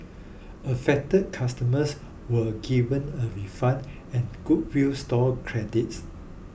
affected customers were given a refund and goodwill store credits